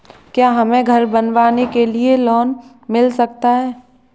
क्या हमें घर बनवाने के लिए लोन मिल सकता है?